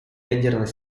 ядерной